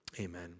amen